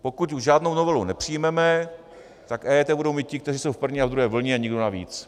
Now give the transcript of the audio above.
Pokud už žádnou novelu nepřijmeme, tak EET budou mít ti, kteří jsou v první a druhé vlně a nikdo navíc.